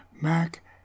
Mac